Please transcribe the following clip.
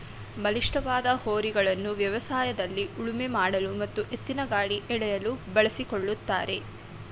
ಬಲಿಷ್ಠವಾದ ಹೋರಿಗಳನ್ನು ವ್ಯವಸಾಯದಲ್ಲಿ ಉಳುಮೆ ಮಾಡಲು ಮತ್ತು ಎತ್ತಿನಗಾಡಿ ಎಳೆಯಲು ಬಳಸಿಕೊಳ್ಳುತ್ತಾರೆ